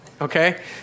Okay